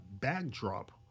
backdrop